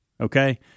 okay